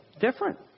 different